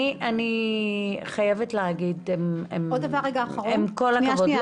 אני חייבת להגיד, עם כל הכבוד: